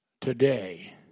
today